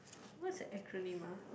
what's acronym ah